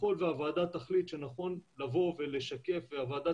ככל שהוועדה תחליט שנכון לשקף והוועדה